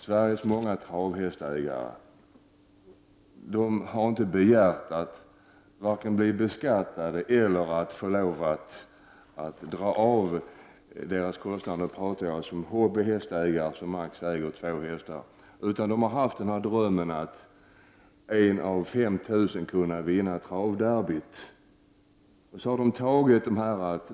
Sveriges många hästägare har inte begärt att vare sig bli beskattade eller att få lov att dra av sina kostnader — jag pratar alltså om hobbyhästägare som äger högst två hästar — utan de har haft drömmen att som en av 5 000 kunna vinna travderbyt.